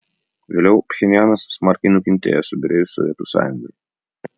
vėliau pchenjanas smarkiai nukentėjo subyrėjus sovietų sąjungai